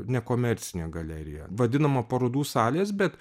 nekomercinė galerija vadinama parodų salės bet